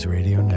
Radio